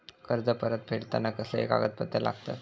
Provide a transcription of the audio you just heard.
कर्ज परत फेडताना कसले कागदपत्र लागतत?